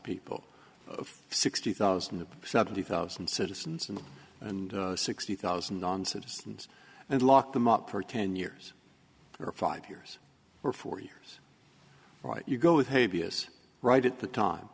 people of sixty thousand to seventy thousand citizens and and sixty thousand non citizens and lock them up for ten years or five years or four years right you go with a b s right at the time